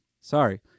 Sorry